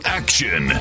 action